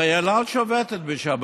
הרי אל על שובתת בשבת,